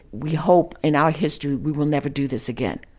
we hope in our history we will never do this again.